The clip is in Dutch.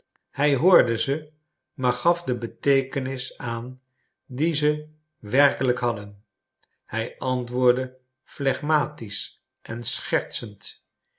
hij hoorde ze maar gaf er de beteekenis aan die ze werkelijk hadden hij antwoordde phlegmatisch en schertsend